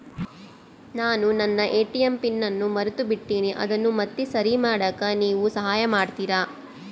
ನಾನು ನನ್ನ ATM pin ಅನ್ನು ಮರೆತುಬಿಟ್ಟೇನಿ ಅದನ್ನು ಮತ್ತೆ ಸರಿ ಮಾಡಾಕ ನೇವು ಸಹಾಯ ಮಾಡ್ತಿರಾ?